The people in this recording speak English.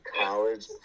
college